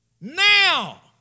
Now